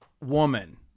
woman